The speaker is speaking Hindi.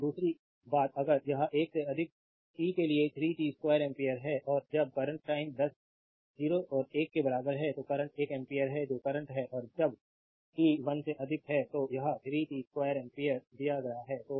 और दूसरी बात अगर यह 1 से अधिक t के लिए 3 t 2 एम्पियर है और जब करंट टाइम दस 0 और 1 के बराबर है तो करंट एक एम्पियर है जो करंट है और जब t 1 से अधिक है तो यह 3 t 2 एम्पियर दिया गया है